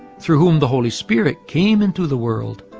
through whom the holy spirit came into the world.